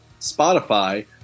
Spotify